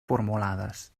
formulades